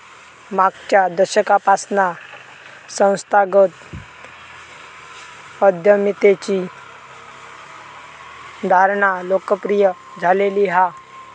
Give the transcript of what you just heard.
मागच्या दशकापासना संस्थागत उद्यमितेची धारणा लोकप्रिय झालेली हा